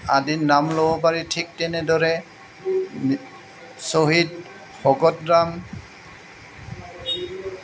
আদিৰ নাম ল'ব পাৰি ঠিক তেনেদৰে শ্বহীদ ভগতৰাম